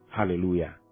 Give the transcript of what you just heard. Hallelujah